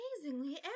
amazingly